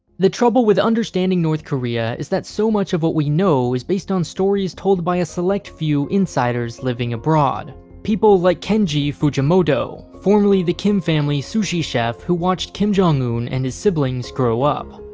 the trouble with understanding north korea is that so much of what we know is based on stories told by a select few insiders living abroad people like kenji fujimoto, formerly the kim family sushi chef who watched kim jong-un and his siblings grow up.